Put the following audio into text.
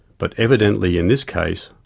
but evidently in this case,